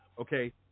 okay